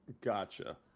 Gotcha